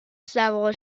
سوار